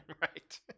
Right